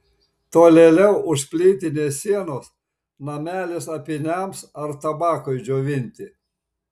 tolėliau už plytinės sienos namelis apyniams ar tabakui džiovinti